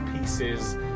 pieces